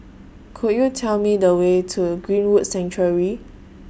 Could YOU Tell Me The Way to Greenwood Sanctuary